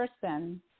person